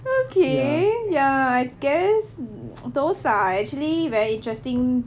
okay ya I guess those are actually very interesting